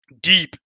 deep